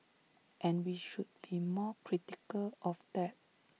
and we should be more critical of that